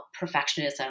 perfectionism